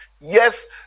Yes